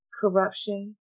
corruption